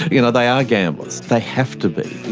you know they are gamblers they have to be,